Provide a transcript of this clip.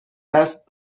دست